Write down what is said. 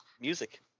music